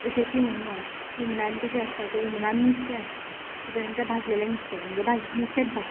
जशें की हुमण हुमणान कशे आसता हुमणान नुस्तें आसता तेच्या नंतर भाजलेले नुस्तें म्हणजे नुस्तेंच भाजता